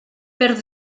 per